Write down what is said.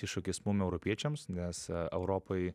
iššūkis mum europiečiams nes europoj